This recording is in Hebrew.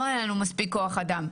לא היה לנו מספיק כוח אדם.